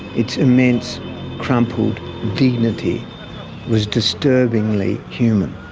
its immense crumpled dignity was disturbingly human.